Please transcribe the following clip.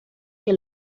que